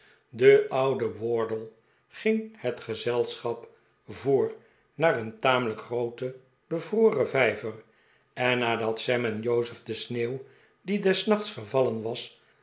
de oude wardle ging het gezelschap voor naar een tamelijk grooten bevroren vijver en nadat sam en jozef de sneeuw die des nachts gevallen was